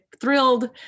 thrilled